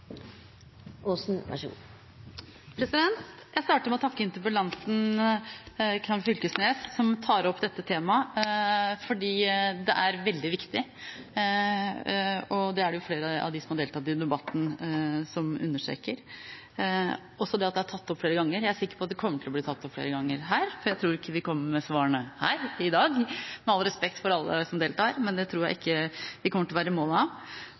å takke interpellanten Knag Fylkesnes, som tar opp dette temaet, for det er veldig viktig. Det er det flere av dem som har deltatt i debatten, som understreker, og også det at det er tatt opp flere ganger. Jeg er sikker på at det kommer til å bli tatt opp flere ganger her også, for jeg tror ikke vi kommer med svarene her i dag – med all respekt for alle som deltar, men det tror jeg ikke vi kommer til å gjøre. Det er riktig som representanten Norunn Tveiten Benestad sier, at vi er mange som er opptatt av